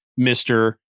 Mr